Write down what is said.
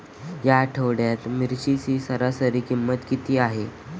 या आठवड्यात मिरचीची सरासरी किंमत किती आहे?